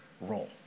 role